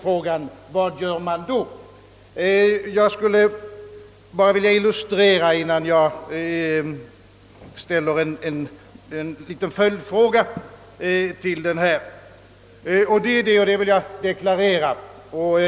Men nu är det, herr statsråd, tyvärr inte så i verkligheten, och frågan blir då vad man kan göra för att åstadkomma en förbättring.